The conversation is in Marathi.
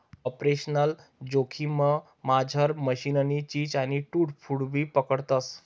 आपरेशनल जोखिममझार मशीननी झीज आणि टूट फूटबी पकडतस